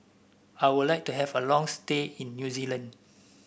I would like to have a long stay in New Zealand